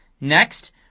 Next